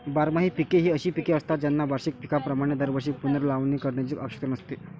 बारमाही पिके ही अशी पिके असतात ज्यांना वार्षिक पिकांप्रमाणे दरवर्षी पुनर्लावणी करण्याची आवश्यकता नसते